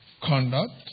conduct